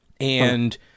and-